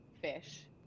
fish